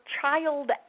child